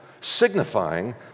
signifying